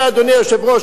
אדוני היושב-ראש,